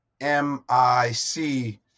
M-I-C